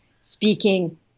speaking